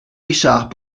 richard